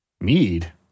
Mead